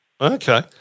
Okay